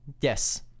Yes